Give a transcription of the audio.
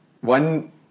One